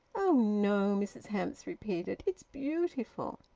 oh no! mrs hamps repeated. it's beautiful!